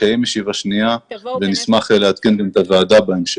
נקיים ישיבה שנייה ונשמח לעדכן גם את הוועדה בהמשך.